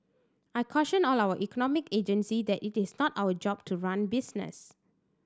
I caution all our economic agencies that it is not our job to run business